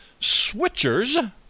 Switchers